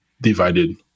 divided